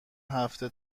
هفته